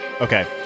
Okay